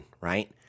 right